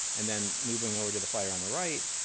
and then moving over to the flyer on the right,